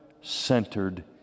centered